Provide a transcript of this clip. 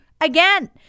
again